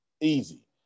Easy